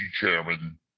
chairman